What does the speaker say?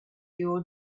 your